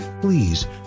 Please